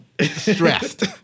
Stressed